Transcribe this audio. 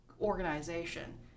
organization